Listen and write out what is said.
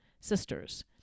sisters